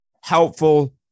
helpful